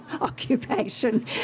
occupation